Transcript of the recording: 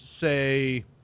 say